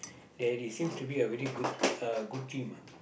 there is seems to be a really good uh good team ah